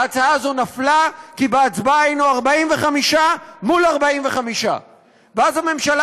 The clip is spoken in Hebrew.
ההצעה הזאת נפלה כי בהצבעה היינו 45 מול 45. ואז הממשלה